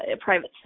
private